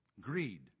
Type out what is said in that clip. Greed